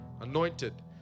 anointed